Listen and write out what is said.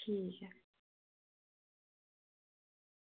ठीक ऐ